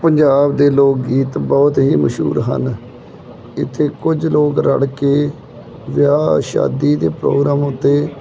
ਪੰਜਾਬ ਦੇ ਲੋਕ ਗੀਤ ਬਹੁਤ ਹੀ ਮਸ਼ਹੂਰ ਹਨ ਇੱਥੇ ਕੁਝ ਲੋਕ ਰਲ਼ਕੇ ਵਿਆਹ ਸ਼ਾਦੀ ਦੇ ਪ੍ਰੋਗਰਾਮ ਉੱਤੇ